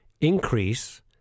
increase